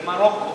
במרוקו,